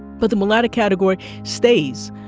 but the mulatto category stays,